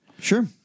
Sure